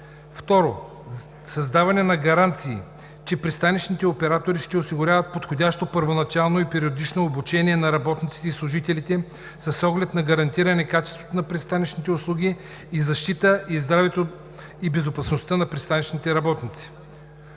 Второ, създаване на гаранции, че пристанищните оператори ще осигуряват подходящо първоначално и периодично обучение на работниците и служителите с оглед на гарантиране качеството на пристанищните услуги и защита здравето и безопасността на пристанищните работници.